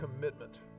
commitment